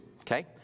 Okay